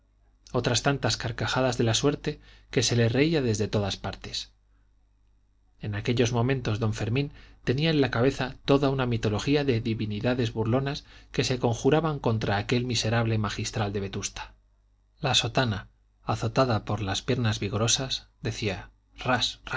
otras tantas carcajadas de la suerte que se le reía desde todas partes en aquellos momentos don fermín tenía en la cabeza toda una mitología de divinidades burlonas que se conjuraban contra aquel miserable magistral de vetusta la sotana azotada por las piernas vigorosas decía ras